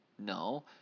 No